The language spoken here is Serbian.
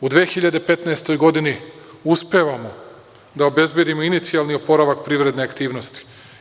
U 2015. godini uspevamo da obezbedimo inicijalni oporavak privredne aktivnosti.